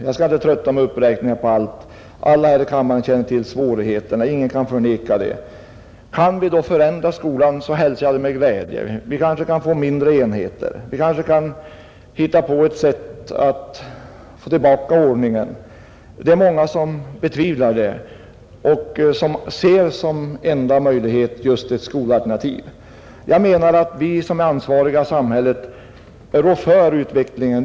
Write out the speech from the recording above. Jag skall inte trötta med uppräkningar av allt; alla här i kammaren känner till svårigheterna och ingen kan förneka dem. Kan vi då förändra skolan, så hälsar jag det med glädje. Vi kanske kan få mindre enheter, vi kanske kan hitta på ett sätt att få tillbaka ordningen. Det är många som betvivlar det och som ser som enda möjlighet just ett skolalternativ. Jag menar att vi som är ansvariga i samhället rår för utvecklingen.